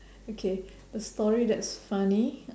okay a story that's funny